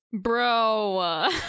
Bro